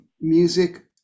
music